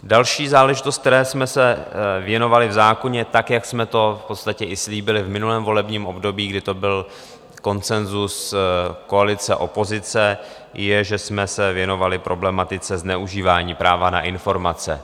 Další záležitost, které jsme se věnovali v zákoně, jak jsme to v podstatě i slíbili v minulém volebním období, kdy to byl konsenzus koalice a opozice, je, že jsme se věnovali problematice zneužívání práva na informace.